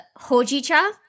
hojicha